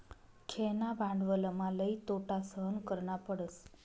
खेळणा भांडवलमा लई तोटा सहन करना पडस